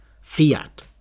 Fiat